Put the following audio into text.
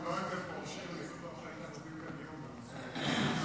אם לא הייתם פורשים אני בטוח שהיית מוביל את הדיון בנושא הזה.